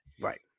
Right